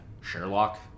Sherlock